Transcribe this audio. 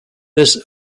this